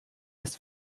ist